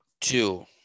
Two